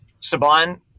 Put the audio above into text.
Saban